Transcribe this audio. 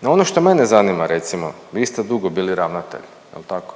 No ono što mene zanima recimo, vi ste dugo bili ravnatelj, jel tako?